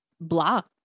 block